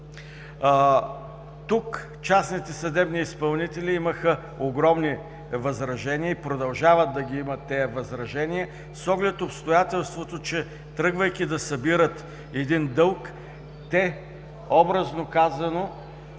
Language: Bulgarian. Тук частните съдебни изпълнители имаха огромни възражения и продължават да ги имат с оглед на обстоятелството, че тръгвайки да събират даден дълг, те, образно казано,